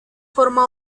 forma